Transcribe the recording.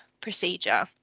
procedure